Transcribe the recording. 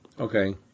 Okay